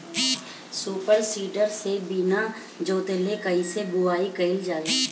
Super seeder से बीना जोतले कईसे बुआई कयिल जाला?